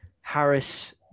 Harris